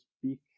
speak